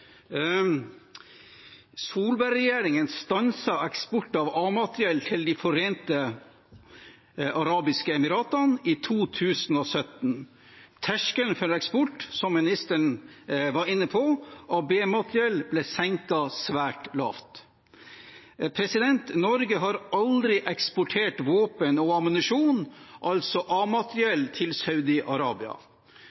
eksport av A-materiell til De forente arabiske emirater i 2017. Terskelen for eksport av B-materiell ble, som ministeren var inne på, senket svært lavt. Norge har aldri eksportert våpen og ammunisjon, altså